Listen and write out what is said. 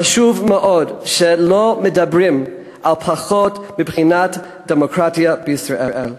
חשוב מאוד לומר שלא מדברים על פחות מבחינת הדמוקרטיה בישראל.